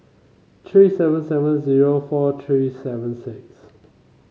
three seven seven zero four three seven six